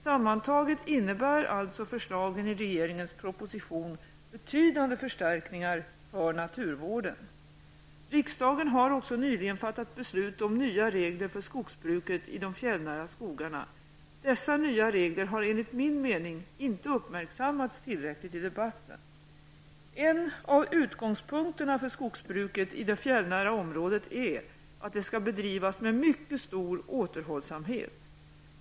Sammantaget innebär alltså förslagen i regeringens proposition betydande förstärkningar för naturvården. Riksdagen har också nyligen fattat beslut om nya regler för skogsbruket i de fjällnära skogarna. Dessa nya regler har enligt min mening inte uppmärksammats tillräckligt i debatten. En av utgångspunkterna för skogsbruket i det fjällnära området är att det skall bedrivas med mycket stor återhållsamhet.